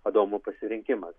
adomo pasirinkimas